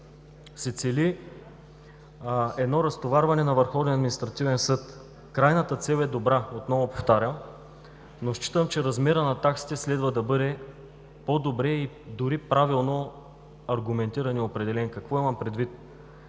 административен съд. Крайната цел е добра – отново повтарям, но считам, че размерът на таксите следва да бъде по-добре и дори правилно аргументиран и определен. Какво имам предвид?